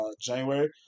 January